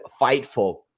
fightful